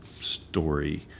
story